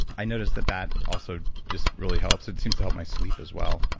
i noticed that, that also just really helps. it seems to help my sleep as well.